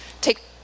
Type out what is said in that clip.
take